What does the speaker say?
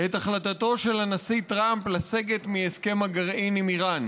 את החלטתו של הנשיא טראמפ לסגת מהסכם הגרעין עם איראן.